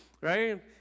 right